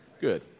Good